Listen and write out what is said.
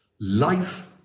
life